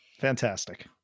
Fantastic